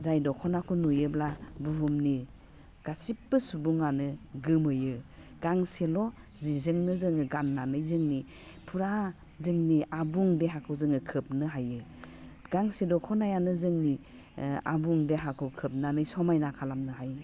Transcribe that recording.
जाय दख'नाखौ नुयोब्ला बुहुमनि गासिबबो सुबुङानो गोमोयो गांसेल' जिजोंनो जोङो गाननानै जोंनि फुरा जोंनि आबुं देहाखौ जोङो खोबनो हायो गांसे दख'नायानो जोंनि आबुं देहाखौ खोबनानै समायना खालामनो हायो